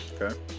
Okay